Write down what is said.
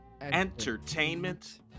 entertainment